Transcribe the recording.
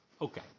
Okay